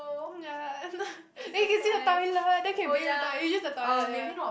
ya then you can see the toilet then can bathe in the toi~ you use the toilet ya